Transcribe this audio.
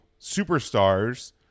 superstars